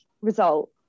result